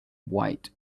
white